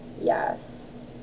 Yes